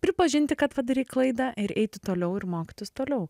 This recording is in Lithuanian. pripažinti kad padarei klaidą ir eiti toliau ir mokytis toliau